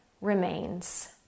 remains